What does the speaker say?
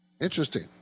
Interesting